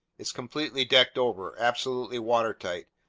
it's completely decked over, absolutely watertight,